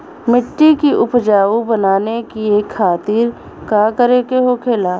मिट्टी की उपजाऊ बनाने के खातिर का करके होखेला?